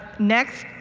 next